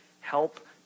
help